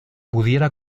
pudiera